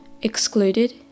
Excluded